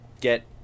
get